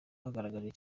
bigaragaje